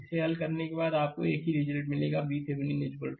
इसे हल करने के बाद आपको एक ही रिजल्ट मिलेगा VThevenin 15 वोल्ट